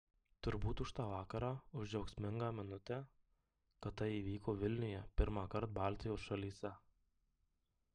turbūt už tą vakarą už džiaugsmingą minutę kad tai įvyko vilniuje pirmąkart baltijos šalyse